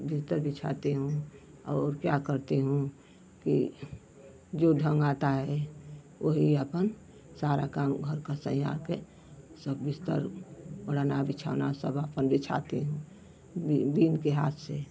बिस्तर बिछाती हूँ और क्या करती हूँ कि जो ढंग आता है वही आपन सारा काम घर का सया के सब बिस्तर ओढ़ना बिछाना सब आपन बिछाती हूँ बि बुनकर हाथ से